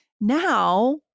Now